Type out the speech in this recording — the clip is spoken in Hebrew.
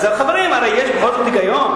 אז, חברים, יש בכל זאת היגיון.